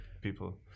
people